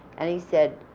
and he said,